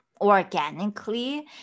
organically